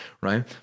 right